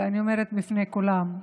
ואני אומרת בפני כולם,